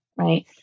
Right